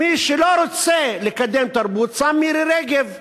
מי שלא רוצה לקדם תרבות, שם את מירי רגב.